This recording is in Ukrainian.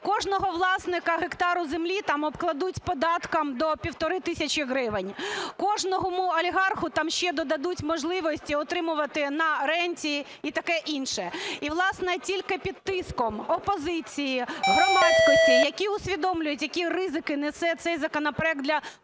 Кожного власника гектара землі там обкладуть податком до півтори тисячі гривень. Кожному олігарху там ще додадуть можливості отримувати на ренті і таке інше. І власне, тільки під тиском опозиції, громадськості, які усвідомлюють, які ризики несе цей законопроект для кожного платника податків,